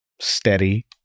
steady